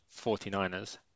49ers